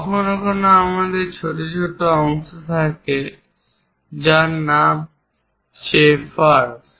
কখনও কখনও আমাদের ছোট ছোট অংশ থাকে যার নাম চেম্ফারস